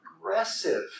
aggressive